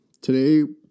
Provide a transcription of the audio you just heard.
Today